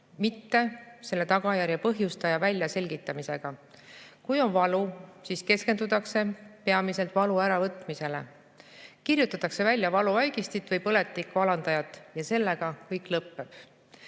mitte selle tagajärje põhjustaja väljaselgitamisega. Kui on valu, siis keskendutakse peamiselt valu äravõtmisele, kirjutatakse välja valuvaigistit või põletiku alandajat ja sellega kõik lõpeb.